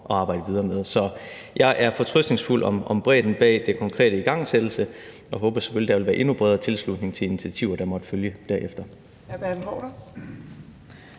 at arbejde videre med. Så jeg er fortrøstningsfuld om bredden bag den konkrete igangsættelse, og jeg håber selvfølgelig, at der vil være en endnu bredere tilslutning til de initiativer, der måtte følge derefter.